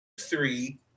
Three